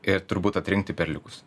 ir turbūt atrinkti perliukus